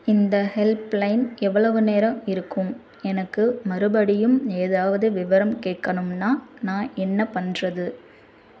இந்த help line எவ்வளவு நேரம் இருக்கும் எனக்கு மறுபடியும் ஏதாவது விவரம் கேட்கணும்னா நான் என்ன பண்ணுறது